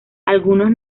algunos